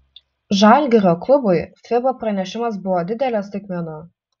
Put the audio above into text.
žalgirio klubui fiba pranešimas buvo didelė staigmena